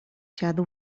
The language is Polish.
siadł